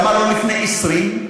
למה לא לפני 20?